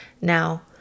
Now